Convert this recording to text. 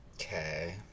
Okay